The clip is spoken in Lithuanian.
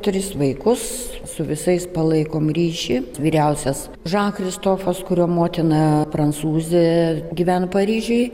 tris vaikus su visais palaikom ryšį vyriausias žakristofas kurio motina prancūzė gyvena paryžiuj